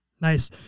Nice